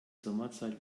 sommerzeit